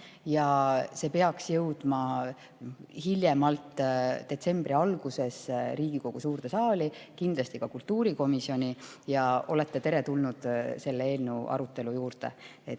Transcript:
see peaks jõudma hiljemalt detsembri alguses Riigikogu suurde saali, kindlasti ka kultuurikomisjoni. Olete teretulnud selle eelnõu arutelu juurde.